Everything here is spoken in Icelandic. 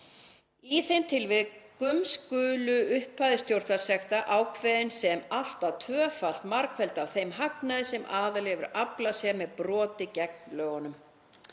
Í þeim tilvikum skuli upphæð stjórnvaldssektar ákveðin sem allt að tvöfalt margfeldi af þeim hagnaði sem aðili hefur aflað sér með broti gegn lögunum.